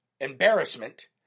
embarrassment